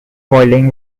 boiling